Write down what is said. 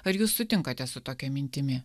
ar jūs sutinkate su tokia mintimi